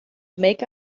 make